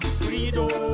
freedom